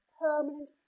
permanent